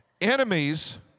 Enemies